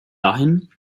dahin